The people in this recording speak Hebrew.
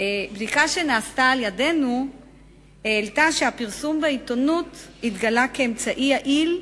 בדיקה שנעשתה על-ידינו העלתה שהפרסום בעיתונות התגלה כאמצעי יעיל,